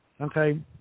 okay